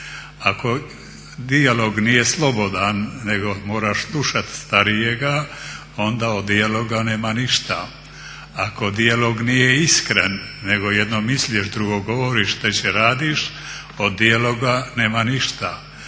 Ako dijalog nije slobodan nego moraš slušati starijega onda od dijaloga nema ništa. Ako dijalog nije iskren nego jedno misliš, drugo govoriš, treće radiš od dijaloga nema ništa.